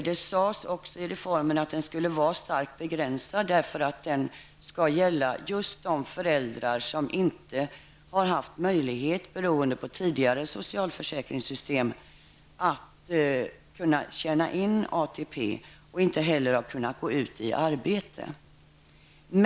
Det sades också att reformen skulle vara starkt begränsad, därför att den skall gälla just de föräldrar som beroende på tidigare socialförsäkringssystem inte haft möjlighet att tjäna in ATP och inte heller har kunnat gå ut i arbete.